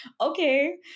okay